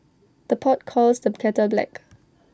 the pot calls the kettle black